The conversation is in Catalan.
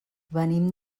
venim